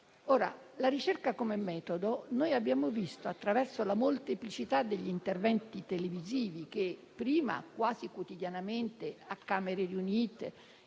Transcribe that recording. alla ricerca come metodo, abbiamo visto la molteplicità degli interventi televisivi che prima quasi quotidianamente, a Camere riunite,